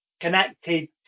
connected